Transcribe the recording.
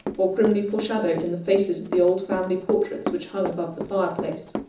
or grimly foreshadowed in the faces of the old family portraits which hung above the fireplace.